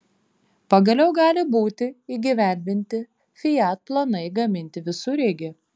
pagaliau gali būti įgyvendinti fiat planai gaminti visureigį